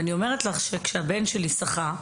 כשהבן שלי שחה,